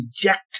reject